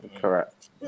Correct